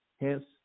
hence